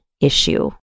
issue